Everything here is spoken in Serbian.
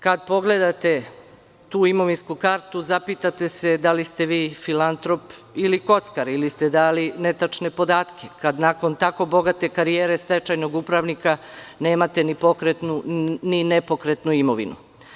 Kada pogledate tu imovinsku kartu zapitate se da li ste vi filantrop ili kockar, ili ste dali netačne podatke, kada nakon tako bogate karijere stečajnog upravnika nemate ni pokretnu ni nepokretnu imovinu.